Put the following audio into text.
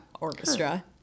orchestra